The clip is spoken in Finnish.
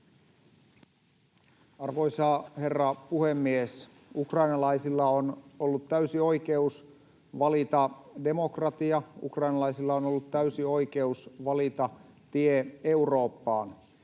Arvoisa herra puhemies! Ukrainalaisilla on ollut täysi oikeus valita demokratia. Ukrainalaisilla on ollut täysi oikeus valita tie Eurooppaan.